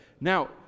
Now